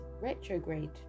retrograde